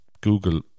google